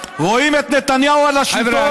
רואים את נתניהו בשלטון,